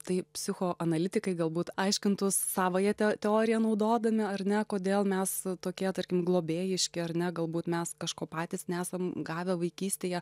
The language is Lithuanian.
tai psichoanalitikai galbūt aiškintųs savąją te teoriją naudodami ar ne kodėl mes tokie tarkim globėjiški ar ne galbūt mes kažko patys nesam gavę vaikystėje